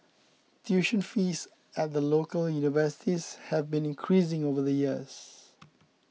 tuition fees at the local universities have been increasing over the years